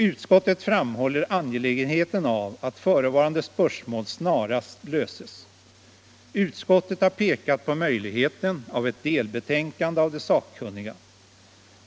Utskottet framhåller angelägenheten av att förevarande spörsmål snarast löses. Utskottet har pekat på möjligheten av ett delbetänkande av de sakkunniga.